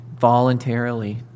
voluntarily